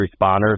responders